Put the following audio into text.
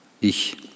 Ich